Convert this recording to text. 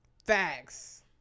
Facts